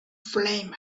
flame